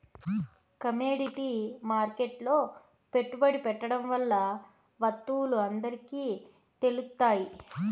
commodity మార్కెట్లో పెట్టుబడి పెట్టడం వల్ల వత్తువులు అందరికి తెలుత్తాయి